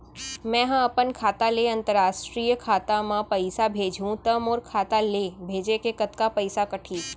मै ह अपन खाता ले, अंतरराष्ट्रीय खाता मा पइसा भेजहु त मोर खाता ले, भेजे के कतका पइसा कटही?